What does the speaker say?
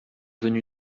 venu